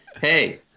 hey